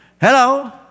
Hello